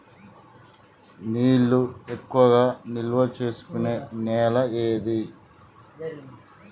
నీళ్లు ఎక్కువగా నిల్వ చేసుకునే నేల ఏది?